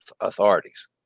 authorities